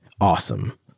awesome